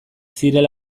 zirela